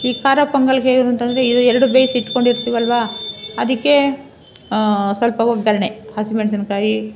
ಈ ಖಾರ ಪೊಂಗಲ್ ಹೇಗಿರೋದು ಅಂತಂದರೆ ಇದು ಎರಡು ಬೇಯಿಸಿಟ್ಕೊಂಡಿರ್ತೀವಲ್ವ ಅದಕ್ಕೆ ಸ್ವಲ್ಪ ಒಗ್ಗರಣೆ ಹಸಿಮೆಣಸಿನ್ಕಾಯಿ